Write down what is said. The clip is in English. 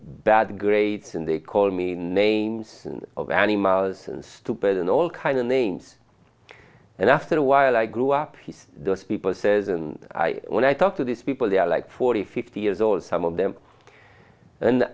bad grades and they called me names of animals and stupid and all kinds of names and after a while i grew up here the people says and when i talk to these people they are like forty fifty years old some of them and